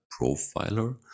profiler